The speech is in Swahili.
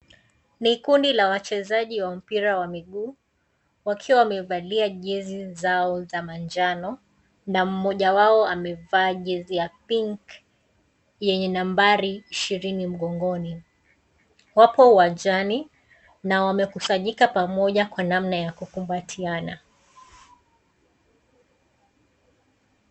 Ni kundi la wachezaji wa mpira wa miguu, wakiwa wamevalia jezi zao za manjano na mmoja wao amevaa jezi ya pinki yenye nambari 20 mgongoni. Wapo uwanjani na wamekusanyika pamoja kwa namna ya kukumbatiana.